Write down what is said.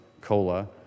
Cola